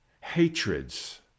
hatreds